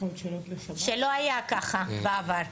שלא היה ככה בעבר.